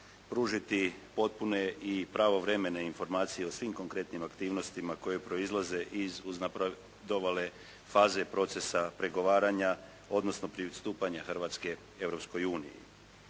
pružiti potpune i pravovremene informacije o svim konkretnim aktivnostima koje proizlaze iz uznapredovale faze procesa pregovaranja odnosno pristupanja Hrvatske